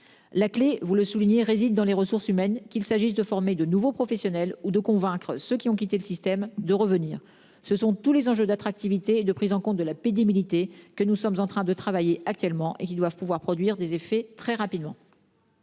La clé vous le soulignez réside dans les ressources humaines, qu'il s'agisse de former de nouveaux professionnels ou de convaincre ceux qui ont quitté le système de revenir ce sont tous les enjeux d'attractivité et de prise en compte de la pénibilité, que nous sommes en train de travailler actuellement et qui doivent pouvoir produire des effets très rapidement.--